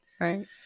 Right